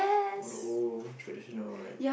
all the old traditional like